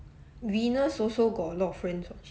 venus also got a lot of friends [what]